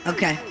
Okay